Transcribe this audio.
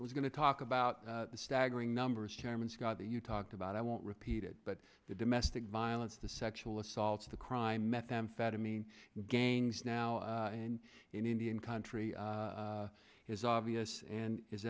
it was going to talk about the staggering numbers chairman's got you talked about i won't repeat it but the domestic violence the sexual assaults the crime methamphetamine gains now and in indian country is obvious and is